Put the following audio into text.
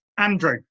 Andrew